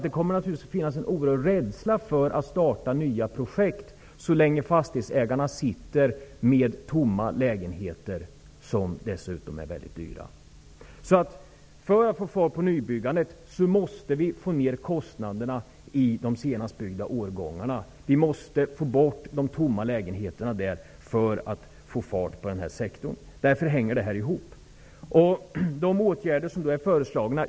Det kommer naturligtvis att finnas en oerhörd rädsla inför att starta nya projekt så länge fastighetsägarna sitter med tomma och dessutom mycket dyra lägenheter. För att få fart på nybyggandet måste vi få ned kostnaderna i de senast byggda årgångarna och få bort de tomma lägenheterna där. Därför hänger detta ihop.